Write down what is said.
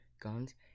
guns